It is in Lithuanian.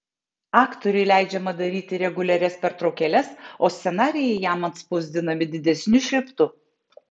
aktoriui leidžiama daryti reguliarias pertraukėles o scenarijai jam atspausdinami didesniu šriftu